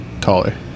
taller